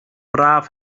braf